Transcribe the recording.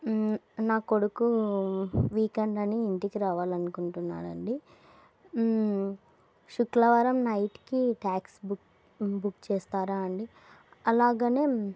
నా కొడుకు వీకెండ్ అని ఇంటికి రావాలనుకుంటున్నాాడండి శుక్రవారం నైట్కి ట్యాక్సీ బుక్ బుక్ చేస్తారా అండి అలాగే